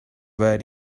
where